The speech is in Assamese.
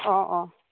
অঁ অঁ